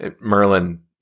Merlin